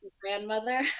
grandmother